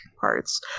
parts